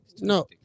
No